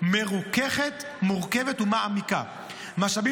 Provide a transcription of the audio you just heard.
בנוסף מוצע להרחיב את הזכאות בין בקהילה ובאשפוז